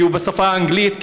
הוא בשפה האנגלית,